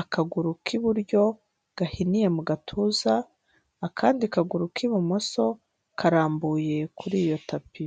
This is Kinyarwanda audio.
akaguru k'iburyo gahiniye mu gatuza, akandi kaguru k'ibumoso karambuye kuri iyo tapi.